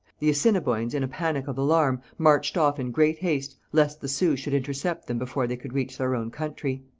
the assiniboines, in a panic of alarm, marched off in great haste, lest the sioux should intercept them before they could reach their own country.